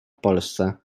polsce